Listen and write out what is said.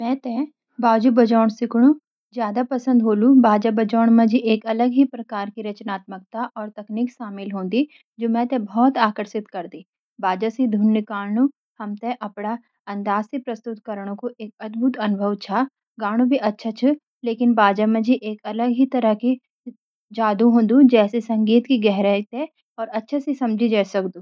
मेटे बाजु बज्वोनू सिखन नू जायदा पसंद होलु। बाजा बाजोन नामजी एक अलग प्रकार की रचन्तमक्ता और तकनिक सामिल होंदी जू मेटे बहुत आकर्षसित करदी। बाजा सी धुन निक्लनु और हम ते अपदा अंदाज सी प्रस्तुत करणु एक अदबुध अनुभव छ। गनु भी अच्छा छ लेकिन बाजा माजी एक तरह से जड्डू होंडु जेसी संगीत की गहरी ते और अच्छा सी स्मिजे जे स्कडू।